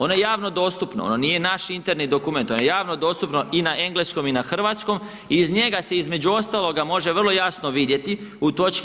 Ono je javno dostupno, ono nije naš interni dokument, to je javno dostupno i na engleskom i na hrvatskom i iz njega se, između ostaloga može vrlo jasno vidjeti u toč.